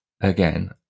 again